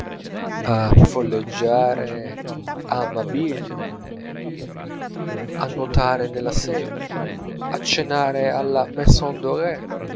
a folleggiare a mabille a nuotare nella senna a cenare alla maison dorée